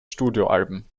studioalben